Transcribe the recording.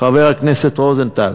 חבר הכנסת רוזנטל,